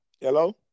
Hello